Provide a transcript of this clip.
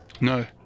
No